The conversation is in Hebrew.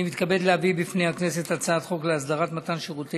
אני מתכבד להביא בפני הכנסת הצעת חוק להסדרת מתן שירותי